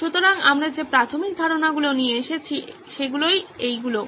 সুতরাং আমরা যে প্রাথমিক ধারণাগুলি নিয়ে এসেছি এগুলোই সেগুলো